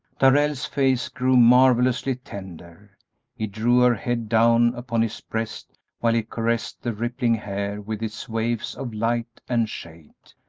darrell's face grew marvellously tender he drew her head down upon his breast while he caressed the rippling hair with its waves of light and shade.